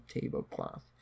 tablecloth